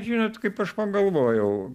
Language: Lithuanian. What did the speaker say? žinot kaip aš pagalvojau